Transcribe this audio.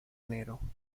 enero